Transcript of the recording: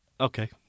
Okay